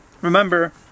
remember